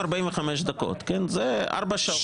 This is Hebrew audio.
זה ארבע שעות.